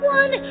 one